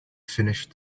finished